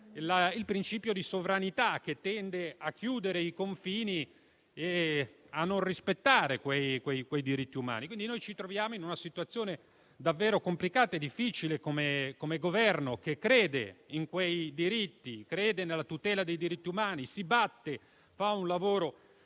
il principio di sovranità che tende a chiudere i confini e a non rispettare quei diritti umani. Ci troviamo in una situazione davvero complicata e difficile come Governo che crede in quei diritti, crede nella tutela dei diritti umani, si batte e fa un lavoro